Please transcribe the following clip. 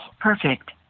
Perfect